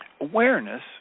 Awareness